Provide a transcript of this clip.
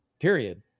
period